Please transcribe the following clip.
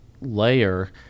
layer